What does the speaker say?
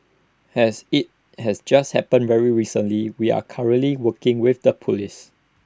as IT has just happened very recently we are currently working with the Police